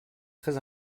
très